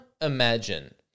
imagine